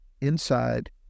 inside